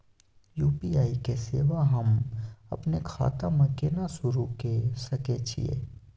UPI के सेवा हम अपने खाता म केना सुरू के सके छियै?